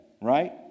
right